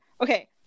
Okay